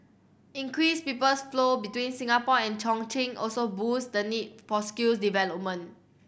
increased peoples flow between Singapore and Chongqing also boost the need for skills development